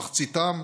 מחציתם,